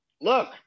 look